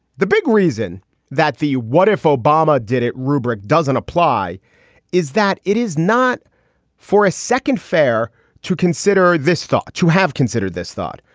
the big reason that the what if obama did it rubric doesn't apply is that it is not for a second fare to consider this thought to have considered this thought.